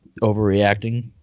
overreacting